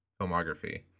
filmography